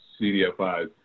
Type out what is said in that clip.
CDFIs